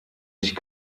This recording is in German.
sich